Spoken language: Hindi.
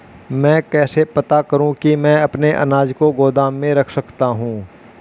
मैं कैसे पता करूँ कि मैं अपने अनाज को गोदाम में रख सकता हूँ?